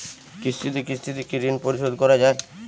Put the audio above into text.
কিস্তিতে কিস্তিতে কি ঋণ পরিশোধ করা য়ায়?